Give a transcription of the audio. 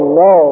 no